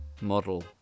model